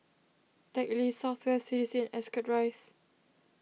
Teck Lee South West C D C and Ascot Rise